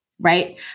Right